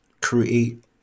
create